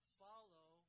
follow